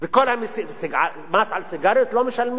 מס על סיגריות לא משלמים?